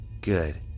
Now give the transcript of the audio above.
Good